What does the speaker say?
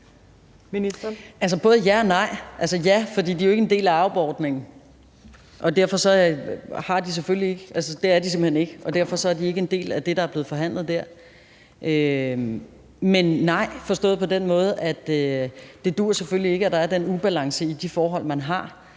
Både ja og nej. Ja, fordi de jo ikke er en del af aub-ordningen, det er de simpelt hen ikke, og derfor er de ikke en del af det, der er blevet forhandlet der. Men nej, forstået på den måde, at det selvfølgelig ikke duer, at der er den ubalance i de forhold, man har,